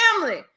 family